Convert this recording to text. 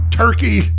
turkey